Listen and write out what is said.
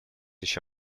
еще